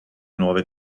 nove